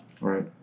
right